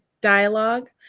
dialogue